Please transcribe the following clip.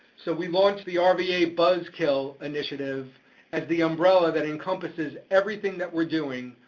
so we launched the ah rva buzzkill initiative as the umbrella that encompasses everything that we're doing